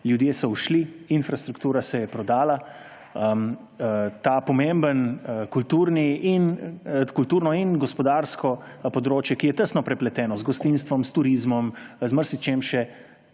Ljudje so ušli, infrastruktura se je prodala, to pomembno kulturno in gospodarsko področje, ki je tesno prepleteno z gostinstvom, s turizmom, z marsičem še,